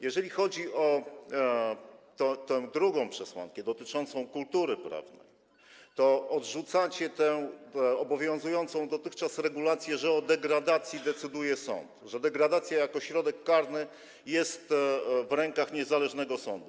Jeżeli chodzi o tę drugą przesłankę, dotyczącą kultury prawnej, to odrzucacie obowiązującą dotychczas regulację, że o degradacji decyduje sąd, że degradacja jako środek karny jest w rękach niezależnego sądu.